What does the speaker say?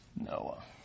Noah